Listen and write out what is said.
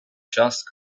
just